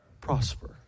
prosper